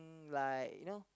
like you know